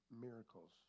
miracles